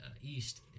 east